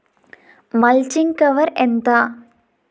Mulching cover ఎంత?